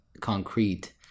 concrete